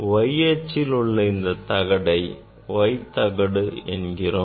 y அச்சில் உள்ள இந்த தகடை y தகடு என்கிறோம்